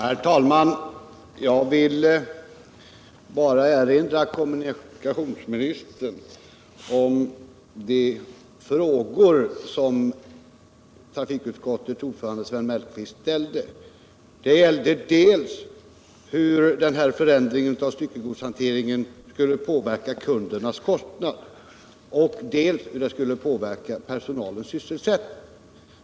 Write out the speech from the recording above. Herr talman! Jag vill bara erinra kommunikationsministern om de frågor som trafikutskottets ordförande Sven Mellqvist ställde. De gällde dels hur förändringen av styckegodshanteringen skulle påverka kundernas kostnader, dels hur den skulle påverka personalens sysselsättning.